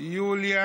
יוליה